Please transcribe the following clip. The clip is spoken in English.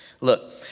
Look